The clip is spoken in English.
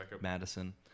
Madison